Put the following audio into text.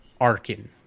Arkin